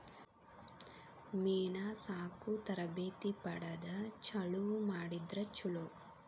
ಮೇನಾ ಸಾಕು ತರಬೇತಿ ಪಡದ ಚಲುವ ಮಾಡಿದ್ರ ಚುಲೊ